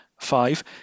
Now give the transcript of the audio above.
Five